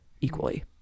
equally